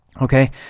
Okay